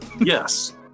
yes